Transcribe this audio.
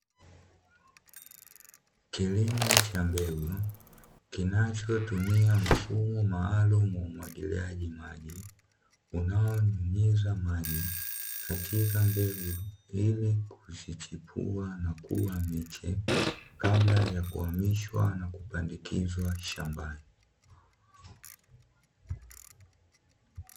kilimo cha mbegu, kinachotumia mfumo maalumu wa umwagiliaji maji, unaohimiza maji katika mbegu ili kuzichipua na kuwa miche kabla ya kuhamishwa na kupandikizwa shambani.